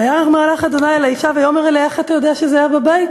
"ויֵרא מלאך ה' אל האשה ויאמר אליה" איך אתה יודע שזה היה בבית?